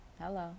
hello